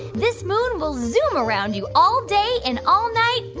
this moon will zoom around you all day and all night,